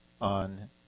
on